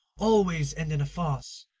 always end in a farce.